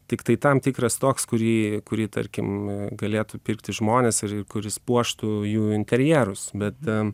tiktai tam tikras toks kurį kurį tarkim galėtų pirkti žmonės ir kuris puoštų jų interjerus bet e